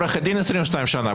עורכת דין 22 שנה,